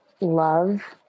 love